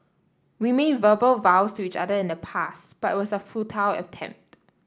we made verbal vows to each other in the past but it was a futile attempt